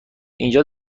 اینجا